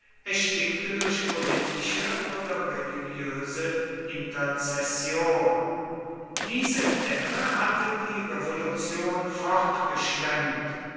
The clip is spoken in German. erstickte durch politische oder religiöse interzession diese dämme hatte die revolution